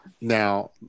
now